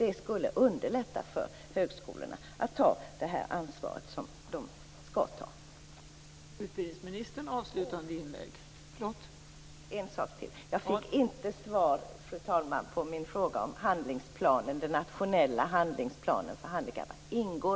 Det skulle underlätta för högskolorna att ta det ansvar som de skall ta. Jag fick inte svar, fru talman, på min fråga om den nationella handlingsplanen för handikappade.